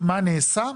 מה נעשה,